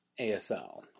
ASL